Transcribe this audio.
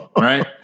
Right